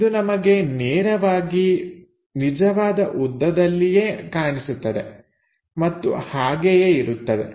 ಇದು ನಮಗೆ ನೇರವಾಗಿ ನಿಜವಾದ ಉದ್ದದಲ್ಲಿಯೇ ಕಾಣಿಸುತ್ತದೆ ಮತ್ತು ಹಾಗೆಯೇ ಇರುತ್ತದೆ